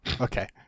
okay